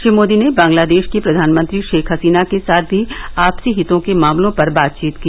श्री मोदी ने बंगलादेश की प्रधानमंत्री शेख हसीना के साथ भी आपसी हितों के मामलों पर बातचीत की